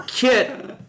Kit